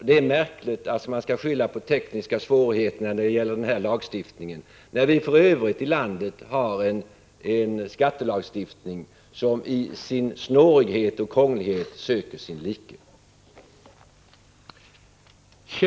Det är märkligt att man gör det beträffande denna lagstiftning, när vi i Övrigt har en skattelagstiftning i landet som i fråga om snårighet och krånglighet söker sin like.